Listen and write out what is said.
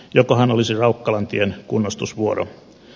jokohan olisi raukkalantien kunnostusvuoro